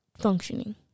functioning